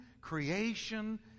creation